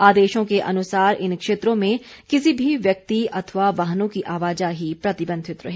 आदेशों के अनुसार इन क्षेत्रों में किसी भी व्यक्ति अथवा वाहनों की आवाजाही प्रतिबंधित रहेगी